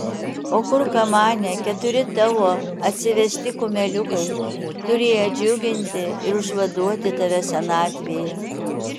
o kur kamane keturi tavo atsivesti kumeliukai turėję džiuginti ir užvaduoti tave senatvėje